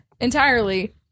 Entirely